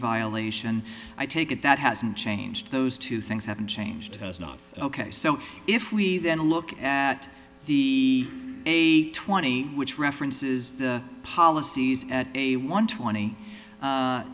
violation i take it that hasn't changed those two things haven't changed has not ok so if we then look at the eight twenty which references the policies at a one twenty